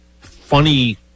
funny